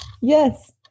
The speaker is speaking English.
yes